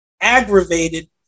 aggravated